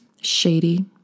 shady